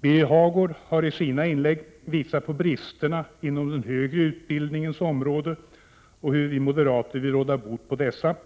Birger Hagård har i sina inlägg visat på bristerna inom den högre utbildningens område och hur vi moderater vill råda bot på dessa.